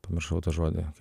pamiršau tą žodį